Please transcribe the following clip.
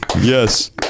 Yes